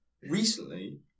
Recently